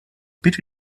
bitte